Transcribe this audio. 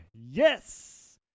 Yes